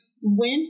went